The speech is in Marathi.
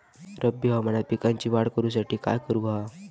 रब्बी हंगामात पिकांची वाढ करूसाठी काय करून हव्या?